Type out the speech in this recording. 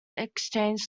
exchange